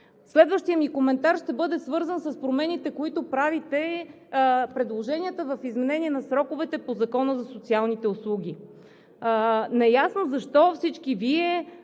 Следващият ми коментар ще бъде свързан с промените, предложенията, които правите в изменение на сроковете по Закона за социалните услуги, – неясно защо всички Вие